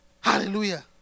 Hallelujah